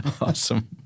Awesome